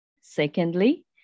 Secondly